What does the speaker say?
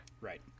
Right